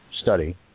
study